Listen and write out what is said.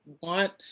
want